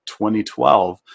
2012